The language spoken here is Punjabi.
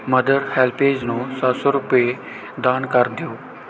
ਮਦਰ ਹੈਲਪੇਜ ਨੂੰ ਸੱਤ ਸੌ ਰੁਪਏ ਦਾਨ ਕਰ ਦਿਓ